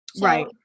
Right